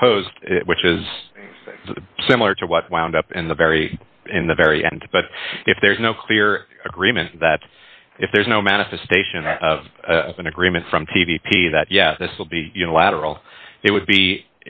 proposed which is similar to what wound up in the very in the very end but if there's no clear agreement that if there's no manifestation of an agreement from t v p that yes this will be unilateral it would be